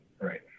right